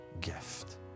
gift